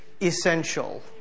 essential